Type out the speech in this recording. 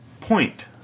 point